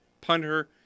punter